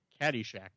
Caddyshack